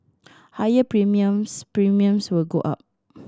higher premiums Premiums will go up